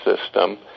system